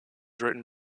written